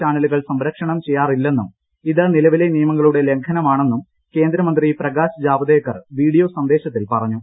ചാനലുകൾ സംപ്രേഷണം ചെയ്യാറില്ലെന്നും ഇത് നിലവിലെ നിയമങ്ങളുടെ ലംഘനമാണെന്നും കേന്ദ്രമന്ത്രി പ്രകാശ് ജാവ്ദേക്കർ വീഡിയോ സന്ദേശത്തിൽ പറഞ്ഞു